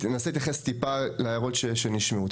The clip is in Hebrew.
אנסה להתייחס טיפה להערות שנשמעו.